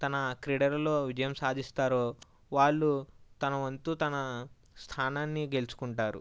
తన క్రీడలలో విజయం సాధిస్తారో వాళ్ళు తన వంతు తన స్థానాన్ని గెలుచుకుంటారు